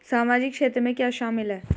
सामाजिक क्षेत्र में क्या शामिल है?